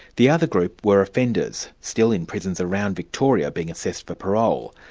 the other group were offenders, still in prisons around victoria, being assessed for parole.